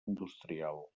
industrial